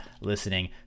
listening